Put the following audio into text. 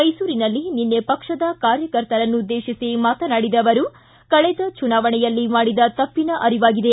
ಮೈಸೂರಿನಲ್ಲಿ ನಿನ್ನೆ ಪಕ್ಷದ ಕಾರ್ಯಕರ್ತರನ್ನು ಉದ್ದೇತಿಸಿ ಮಾತನಾಡಿದ ಅವರು ಕಳೆದ ಚುನಾವಣೆಯಲ್ಲಿ ಮಾಡಿದ ತಪ್ಪಿನ ಅರಿವಾಗಿದೆ